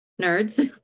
nerds